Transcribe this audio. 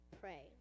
pray